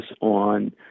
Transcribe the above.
on